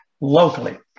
locally